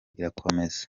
irakomeza